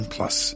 Plus